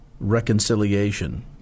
reconciliation